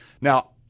Now